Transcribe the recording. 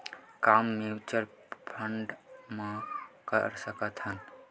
का mutual fund म कर सकत हन?